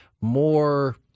more